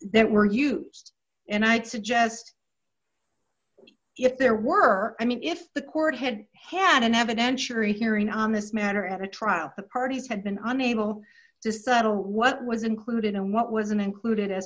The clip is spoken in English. that were used and i'd suggest if there were i mean if the court had had an evidentiary hearing on this matter at a trial the parties have been unable to settle what was included and what wasn't included